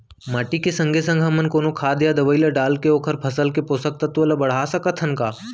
माटी के संगे संग हमन कोनो खाद या दवई ल डालके ओखर फसल के पोषकतत्त्व ल बढ़ा सकथन का?